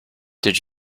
did